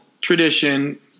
tradition